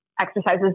exercises